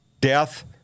Death